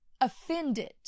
offended